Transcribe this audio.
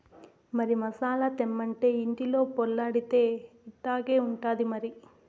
మరి మసాలా తెమ్మంటే ఇంటిలో పొర్లాడితే ఇట్టాగే ఉంటాది మరి